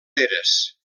eres